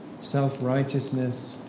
self-righteousness